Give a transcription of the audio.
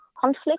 conflict